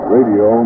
Radio